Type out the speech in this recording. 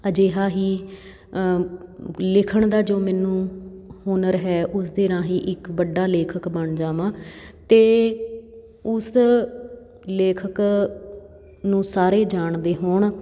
ਅਜਿਹਾ ਹੀ ਲਿਖਣ ਦਾ ਜੋ ਮੈਨੂੰ ਹੁਨਰ ਹੈ ਉਸ ਦੇ ਰਾਹੀਂ ਇੱਕ ਵੱਡਾ ਲੇਖਕ ਬਣ ਜਾਵਾਂ ਅਤੇ ਉਸ ਲੇਖਕ ਨੂੰ ਸਾਰੇ ਜਾਣਦੇ ਹੋਣ